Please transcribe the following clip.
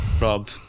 Rob